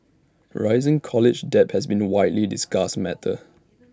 rising college debt has been A widely discussed matter